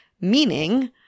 meaning